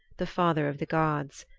the father of the gods.